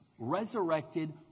resurrected